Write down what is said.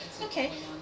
Okay